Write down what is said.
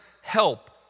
help